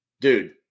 Dude